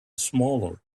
smaller